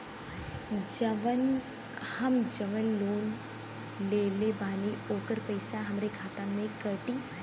हम जवन लोन लेले बानी होकर पैसा हमरे खाते से कटी?